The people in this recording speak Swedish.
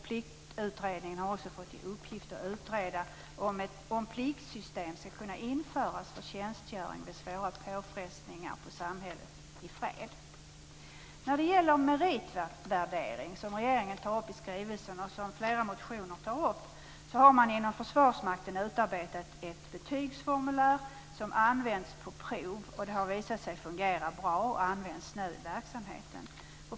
Pliktutredningen har också fått i uppdrag att utreda om pliktsystem skall kunna införas för tjänstgöring vid svåra påfrestningar på samhället i fred. När det gäller meritvärdering, som regeringen behandlar i sin skrivelse och som tas upp i flera motioner, har man inom Försvarsmakten utarbetat ett betygsformulär, som använts på prov. Det har visat sig fungera bra och används nu i verksamheten.